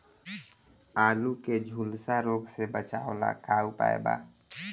आलू के झुलसा रोग से बचाव ला का उपाय बा?